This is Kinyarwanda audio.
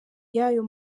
y’ayo